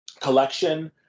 collection